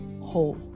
whole